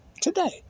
today